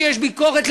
כשיש ביקורת,